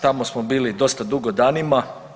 Tamo smo bili dosta dugo danima.